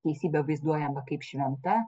teisybė vaizduojama kaip šventa